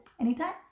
anytime